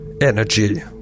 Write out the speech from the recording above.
energy